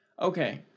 okay